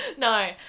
No